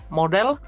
model